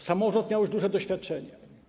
Samorząd miał już duże doświadczenia.